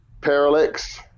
parallax